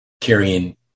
carrying